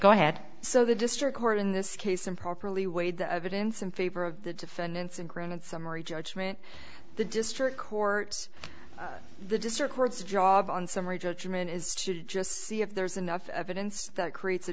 go ahead so the district court in this case improperly weighed the evidence in favor of the defendants and granted summary judgment the district court the district court's job on summary judgment is to just see if there's enough evidence that creates a